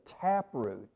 taproot